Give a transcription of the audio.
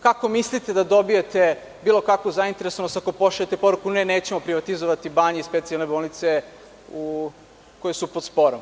Kako mislite da dobijete bilo kakvu zainteresovanost ako pošaljete poruku da nećemo privatizovati banje i specijalne bolnice koje su pod sporom?